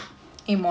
ya